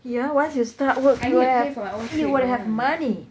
yeah once you start work you will have you will have money